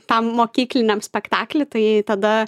tam mokykliniam spektakly tai tada